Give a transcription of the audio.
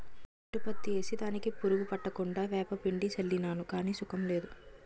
నాటు పత్తి ఏసి దానికి పురుగు పట్టకుండా ఏపపిండి సళ్ళినాను గాని సుకం లేదు